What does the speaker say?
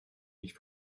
nicht